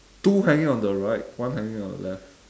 two hanging on the right one hanging on the left